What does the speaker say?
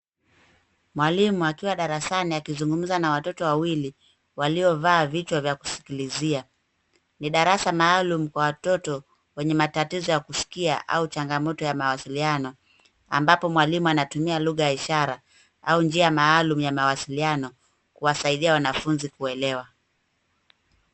Mwalimu akiwa darasani akizungumza na watoto wawili, waliovaa vichwa vya kusikilizia. Ni darasa maalum kwa watoto wenye matatizo yakusikia au changamoto ya mawasiliano, ambapo mwalimu anatumia lugha ya ishara au njia maalum ya mawasiliano kuwasaidia wanafunzi kuelewa.